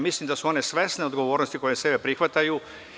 Mislim da su one svesne odgovornosti koju na sebe prihvataju.